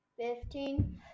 Fifteen